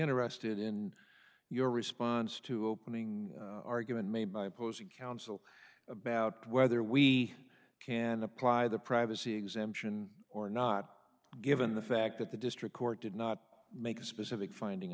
interested in your response to opening argument made by opposing counsel about whether we can apply the privacy exemption or not given the fact that the district court did not make a specific finding